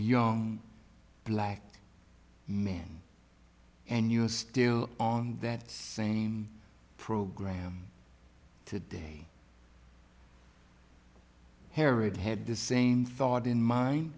young black men and you're still on that same program today herod had the same thought in mind